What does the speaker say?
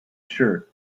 shirt